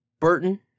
Burton